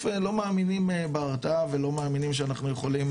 לא מאמינים בהרתעה ולא מאמינים שאנחנו יכולים,